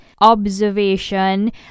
Observation